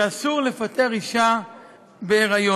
שאסור לפטר אישה בהיריון,